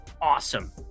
awesome